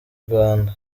rwanda